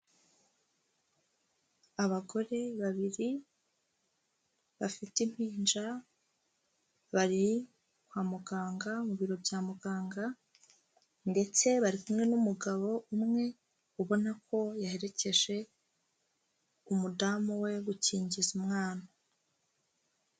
Abagore babiri bafite impinja, bari kwa muganga, mu biro bya muganga ndetse bari kumwe n'umugabo umwe, ubona ko yaherekeje umudamu we, gukingiza umwana.